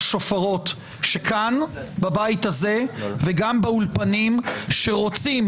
לשופרות שכאן בבית הזה וגם באולפנים שרוצים,